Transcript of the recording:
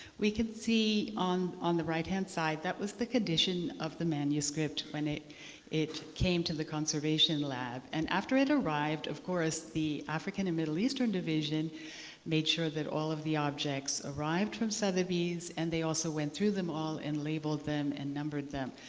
we can see on on the right-hand side that was the condition of the manuscript when it it came to the conservation lab. and after it arrived, of course the african and middle eastern division made sure that all of the objects arrived from southaby's and they also went through them all and labeled them and numbered them.